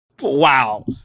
Wow